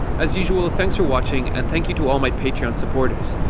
as usual thanks for watching and thank you to all my patreon supporters.